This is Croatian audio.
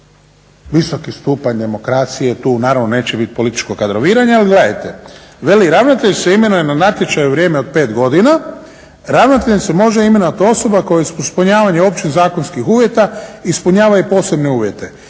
visoki stupanj demokracije, tu naravno neće biti političkog kadroviranja. Ali gledajte, veli ravnatelj se imenuje na natječaju na vrijeme od 5 godina, ravnateljem se može imenovat osoba koja uz ispunjavanje općih zakonskih uvjeta